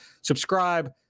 Subscribe